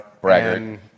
Braggart